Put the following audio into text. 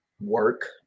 work